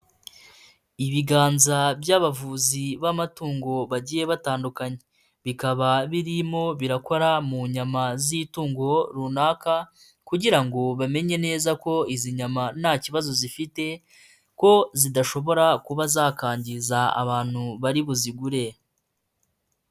Ibiganza by'abavuzi b'amatungo bagiye batandukanye. Bikaba birimo birakora mu nyama z'itungo runaka kugira ngo bamenye neza ko izi nyama nta kibazo zifite ko zidashobora kuba zakangiza abantu bari buzigure.